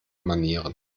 manieren